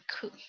Cool